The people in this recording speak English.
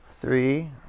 Three